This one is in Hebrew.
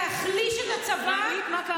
ראית מה קרה היום?